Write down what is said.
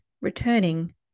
returning